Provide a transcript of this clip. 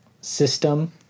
system